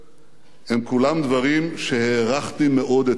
הן כולן דברים שהערכתי מאוד אצל יצחק רבין.